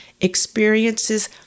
experiences